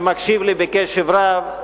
שמקשיב לי בקשב רב,